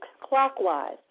clockwise